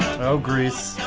oh, grease.